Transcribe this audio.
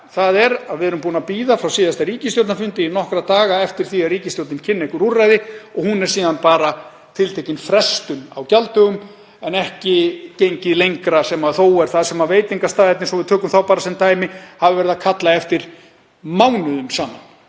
þ.e. að við erum búin að bíða frá síðasta ríkisstjórnarfundi, í nokkra daga, eftir því að ríkisstjórnin kynni einhver úrræði og hún er síðan bara tiltekin frestun á gjalddögum en ekki gengið lengra sem þó er það sem veitingastaðirnir, svo við tökum þá bara sem dæmi, hafa verið að kalla eftir mánuðum saman.